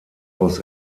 aus